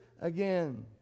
again